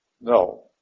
no